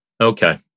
Okay